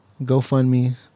GoFundMe